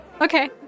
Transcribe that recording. Okay